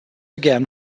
again